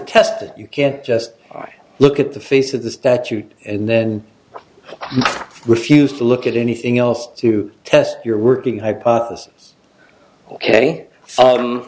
test that you can't just look at the face of the statute and then refused to look at anything else to test your working hypothesis ok